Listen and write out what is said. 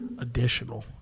Additional